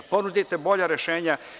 Ponudite bolja rešenja.